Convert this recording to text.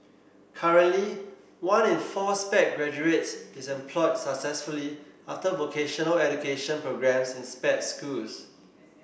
currently one in four Sped graduates is employed successfully after vocational education programmes in Sped schools